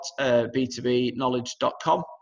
b2bknowledge.com